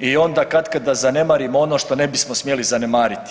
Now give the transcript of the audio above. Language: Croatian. i onda katkada zanemarimo ono što ne bismo smjeli zanemariti.